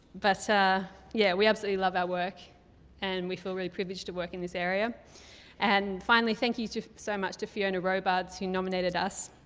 but yeah, we absolutely love our work and we feel really privileged to work in this area and finally thank you so much to fiona robuds who nominated us.